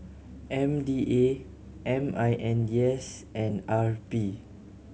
M D A M I N D S and R P